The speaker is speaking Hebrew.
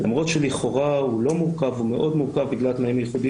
למרות שלכאורה הוא לא מורכב הוא מאוד מורכב בגלל התנאים הייחודיים